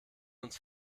uns